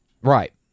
Right